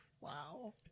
Wow